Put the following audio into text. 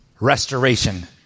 restoration